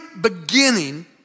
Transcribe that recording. beginning